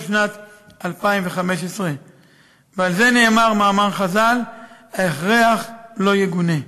שנת 2015. על זה נאמר מאמר חז"ל: "ההכרח לא יגונה".